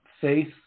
faith